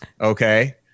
okay